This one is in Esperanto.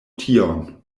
tion